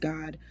God